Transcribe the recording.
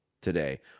today